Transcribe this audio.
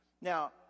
Now